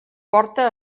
porta